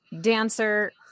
dancer